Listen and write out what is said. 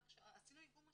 עשינו איגום משאבים.